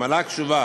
המל"ג קשובה